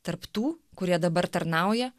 tarp tų kurie dabar tarnauja